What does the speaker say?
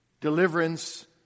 deliverance